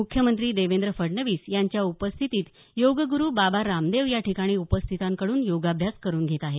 मुख्यमंत्री देवेंद्र फडणवीस यांच्या उपस्थितीत योगगुरु बाबा रामदेव या ठिकाणी उपस्थितांकडून योगाभ्यास करून घेत आहेत